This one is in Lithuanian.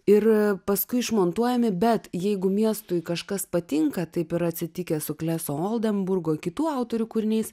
ir paskui išmontuojami bet jeigu miestui kažkas patinka taip yra atsitikę su kleso oldemburgo i kitų autorių kūriniais